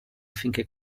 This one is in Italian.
affinché